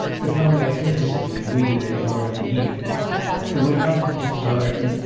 but how magnificently green they are in the evening and went out into the garden,